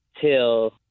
till